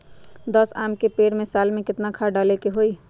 दस आम के पेड़ में साल में केतना खाद्य डाले के होई?